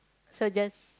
so just